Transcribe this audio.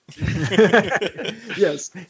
Yes